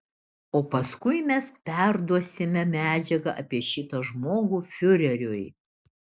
o paskui mes perduosime medžiagą apie šitą žmogų fiureriui